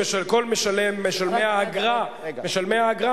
היתר, יותר מ-24,000 בתי-אב לא יקבלו.